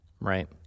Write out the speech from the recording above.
Right